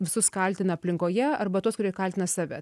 visus kaltina aplinkoje arba tuos kurie kaltina save